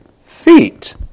feet